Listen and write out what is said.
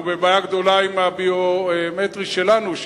אנחנו בבעיה גדולה עם הביומטרי שלנו,